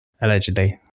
Allegedly